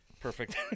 Perfect